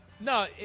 No